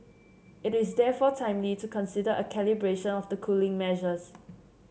it is therefore timely to consider a calibration of the cooling measures